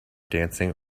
dancing